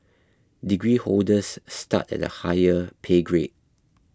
degree holders start at a higher pay grade